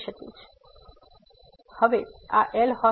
તેથી હવે આ એલ